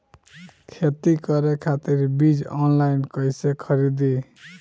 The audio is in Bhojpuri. खेती करे खातिर बीज ऑनलाइन कइसे खरीदी?